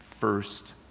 first